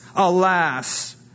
Alas